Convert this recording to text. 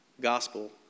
gospel